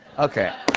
okay.